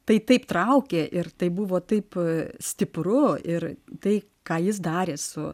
tai taip traukė ir tai buvo taip stipru ir tai ką jis darė su